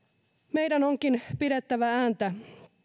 meidän onkin pidettävä ääntä